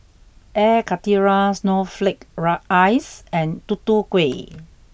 air karthira snowflake ice and tutu kueh